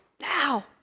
now